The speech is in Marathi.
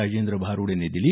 राजेंद्र भारुड यांनी दिली